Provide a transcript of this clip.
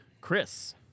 Chris